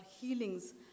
healings